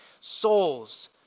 souls